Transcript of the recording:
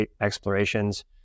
explorations